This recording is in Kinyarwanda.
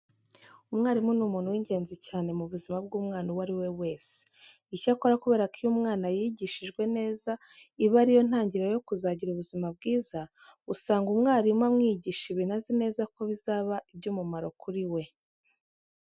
Umwarimu ni umuntu w'ingenzi cyane mu buzima bw'umwana uwo ari we wese. Icyakora kubera ko iyo umwana yigishijwe neza iba ari yo ntangiriro yo kuzagira ubuzima bwiza, usanga umwarimu amwigisha ibintu azi neza ko bizaba iby'umumaro kuri we.